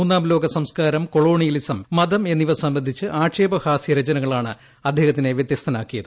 മൂന്നാം ലോക സംസ്കാരം കൊളോണിയലിസം മതം എന്നിവ സംബന്ധിച്ച് ആക്ഷേപ ഹാസ്യ രചനകളാണ് അദ്ദേഹത്തിനെ വ്യത്യസ്ഥനാക്കിയത്